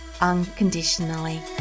unconditionally